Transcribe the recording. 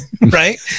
right